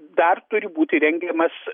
dar turi būti rengiamas